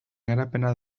garapena